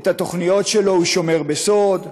את התוכניות שלו הוא שומר בסוד.